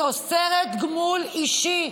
היא אוסרת גמול אישי.